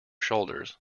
shoulders